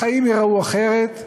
החיים ייראו אחרת,